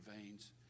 veins